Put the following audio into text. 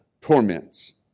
torments